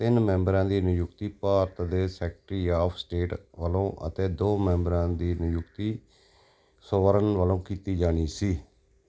ਤਿੰਨ ਮੈਂਬਰਾਂ ਦੀ ਨਿਯੁਕਤੀ ਭਾਰਤ ਦੇ ਸੈਕਟਰੀ ਆਫ਼ ਸਟੇਟ ਵੱਲੋਂ ਅਤੇ ਦੋ ਮੈਂਬਰਾਂ ਦੀ ਨਿਯੁਕਤੀ ਸੌਵਰਨ ਵੱਲੋਂ ਕੀਤੀ ਜਾਣੀ ਸੀ